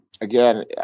again